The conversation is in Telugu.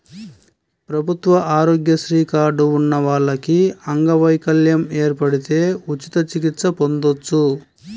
ప్రభుత్వ ఆరోగ్యశ్రీ కార్డు ఉన్న వాళ్లకి అంగవైకల్యం ఏర్పడితే ఉచిత చికిత్స పొందొచ్చు